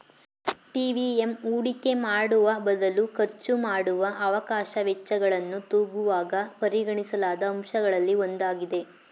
TVM ಹೂಡಿಕೆ ಮಾಡುವಬದಲು ಖರ್ಚುಮಾಡುವ ಅವಕಾಶ ವೆಚ್ಚಗಳನ್ನು ತೂಗುವಾಗ ಪರಿಗಣಿಸಲಾದ ಅಂಶಗಳಲ್ಲಿ ಒಂದಾಗಿದೆ